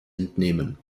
entnehmen